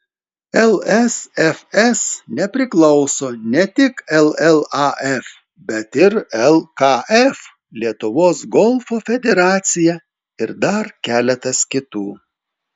lsfs nepriklauso ne tik llaf bet ir lkf lietuvos golfo federacija ir dar keletas kitų